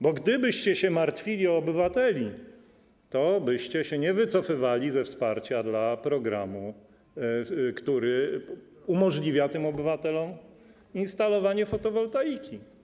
Bo gdybyście martwili się o obywateli, tobyście się nie wycofywali ze wsparcia dla programu, który umożliwia tym obywatelom instalowanie fotowoltaiki.